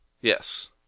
Yes